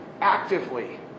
actively